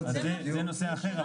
זה נושא אחר.